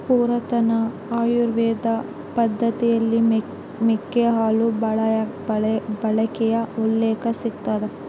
ಪುರಾತನ ಆಯುರ್ವೇದ ಪದ್ದತಿಯಲ್ಲಿ ಮೇಕೆ ಹಾಲು ಬಳಕೆಯ ಉಲ್ಲೇಖ ಸಿಗ್ತದ